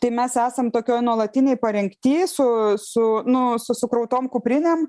tai mes esam tokioj nuolatinėj parengty su su nu su sukrautom kuprinėm